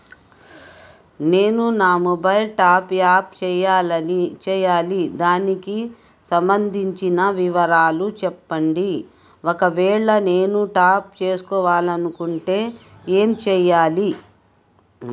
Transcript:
నేను నా mobile top up చేయాలి దానికి సంబంధించిన వివరాలు చెప్పండి ఒకవేళ నేను టాప్ చేసుకోవాలనుకుంటే ఏం చేయాలి?